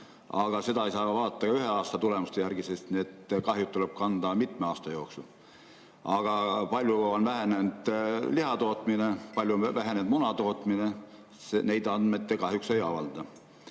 Aga seda ei saa vaadata ühe aasta tulemuste järgi, sest need kahjud tuleb kanda mitme aasta jooksul. Palju on vähenenud lihatootmine, palju on vähenenud munatootmine, aga neid andmeid te kahjuks ei avalda.